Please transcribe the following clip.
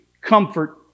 comfort